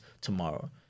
tomorrow